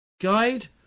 guide